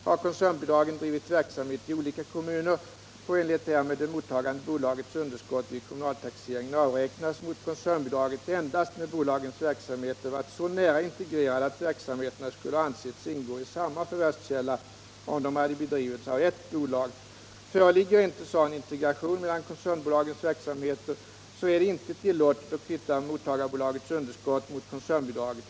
Har koncernbolagen drivit verksamhet i olika kommuner, får i enlighet härmed det mottagande bolagets underskott vid kommunaltaxeringen avräknas mot koncernbidraget, endast när bolagens verksamheter varit så nära integrerade att verksamheterna skulle ha ansetts ingå i samma förvärvskälla om de hade bedrivits av ett bolag. Föreligger inte sådan integration mellan koncernbolagens verksamheter, är det inte tillåtet att kvitta mottagarbolagets underskott mot koncernbidraget.